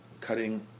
cutting